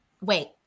Wait